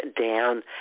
down